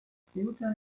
ceuta